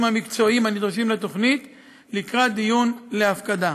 המקצועיים הנדרשים לתוכנית לקראת דיון להפקדה.